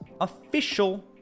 official